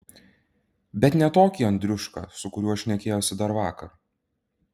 bet ne tokį andriušką su kuriuo šnekėjosi dar vakar